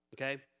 Okay